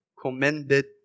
commended